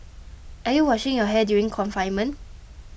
are you washing your hair during confinement